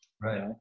Right